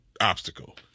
obstacle